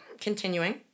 continuing